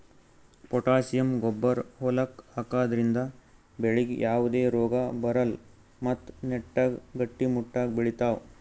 potassium ಗೊಬ್ಬರ್ ಹೊಲಕ್ಕ್ ಹಾಕದ್ರಿಂದ ಬೆಳಿಗ್ ಯಾವದೇ ರೋಗಾ ಬರಲ್ಲ್ ಮತ್ತ್ ನೆಟ್ಟಗ್ ಗಟ್ಟಿಮುಟ್ಟಾಗ್ ಬೆಳಿತಾವ್